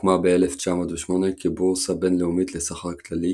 הוקמה ב-2008 כבורסה בינלאומית לסחר כללי,